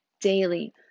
daily